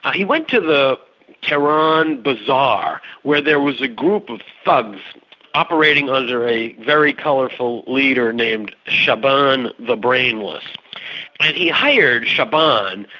ah he went to the tehran bazaar, where there was a group of thugs operating under a very colourful leader named shabaan the brainless. and he hired shabaan,